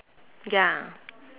ya